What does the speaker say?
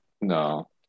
No